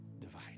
divide